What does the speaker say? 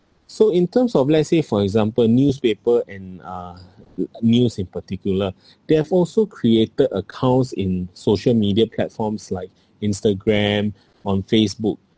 so in terms of let's say for example newspaper and uh news in particular they have also created accounts in social media platforms like Instagram on Facebook